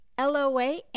LOA